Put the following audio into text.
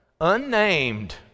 unnamed